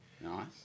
Nice